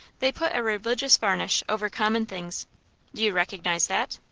they put a religious varnish over common things. do you recognise that?